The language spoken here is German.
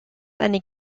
eine